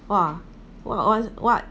!wah! what what what